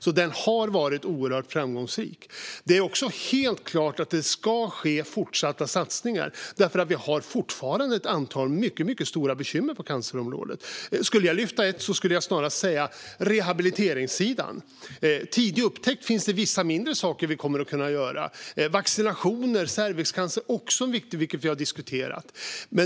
Strategin har varit oerhört framgångsrik. Det är också helt klart att det ska ske fortsatta satsningar. Vi har fortfarande ett antal mycket stora bekymmer på cancerområdet. Skulle jag lyfta fram ett skulle jag snarast säga rehabiliteringssidan. När det gäller tidig upptäckt finns det vissa mindre saker som vi kommer att kunna göra. Vaccinationer mot cervixcancer är också viktigt, vilket vi har diskuterat.